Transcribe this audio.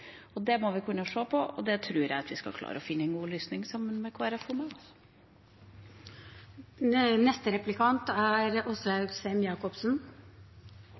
tilbudet. Det må vi kunne se på, og det tror jeg vi skal klare å finne gode løsninger på sammen med